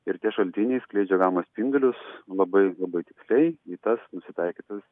ir tie šaltiniai skleidžia gamą spindulius labai labai tiksliai į tas nusitaikytas